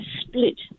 split